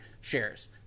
shares